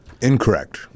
Incorrect